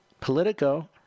Politico